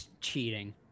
cheating